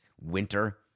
winter